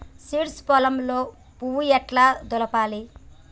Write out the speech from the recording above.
Seeds పొలంలో పువ్వు ఎట్లా దులపాలి?